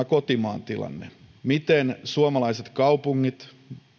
kotimaan tilanne suomalaiset kaupungit